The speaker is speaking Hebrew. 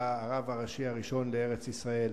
הוא היה הרב הראשי הראשון לארץ-ישראל,